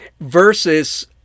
versus